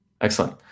excellent